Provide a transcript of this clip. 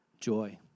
Joy